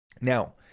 Now